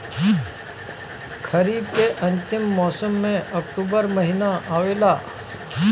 खरीफ़ के अंतिम मौसम में अक्टूबर महीना आवेला?